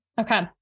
Okay